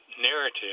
narrative